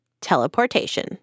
teleportation